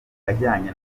ajyanye